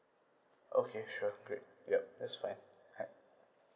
okay sure great yup that's fine right